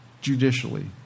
judicially